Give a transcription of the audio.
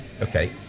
okay